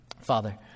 Father